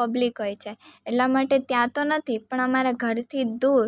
public હોય છે એટલા માટે ત્યાં તો નથી પણ અમારાં ઘરથી દૂર